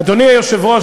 אדוני היושב-ראש,